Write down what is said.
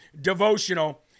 devotional